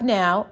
now